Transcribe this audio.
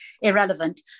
irrelevant